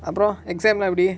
அப்ரோ:apro exam lah எப்டி:epdi